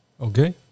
Okay